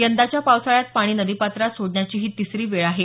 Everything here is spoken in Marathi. यंदाच्या पावसाळ्यात पाणी नदीपात्रात सोडण्याची ही तिसरी वेळ आहे